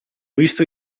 visto